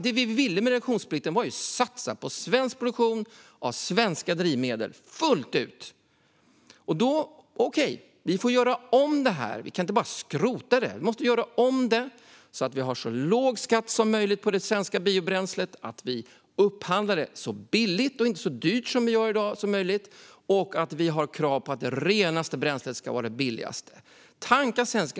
Det vi ville med reduktionsplikten var att satsa fullt ut på svensk produktion av svenska drivmedel. Okej - vi får göra om det här. Vi kan inte bara skrota det, utan vi måste göra om det så att vi har så låg skatt som möjligt på det svenska biobränslet och att vi upphandlar det så billigt som möjligt och inte så dyrt som vi gör i dag. Det ska finnas krav på att det renaste bränslet ska vara det billigaste. Tanka svenskt!